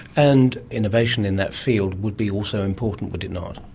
and innovation in that field would be also important, would it not.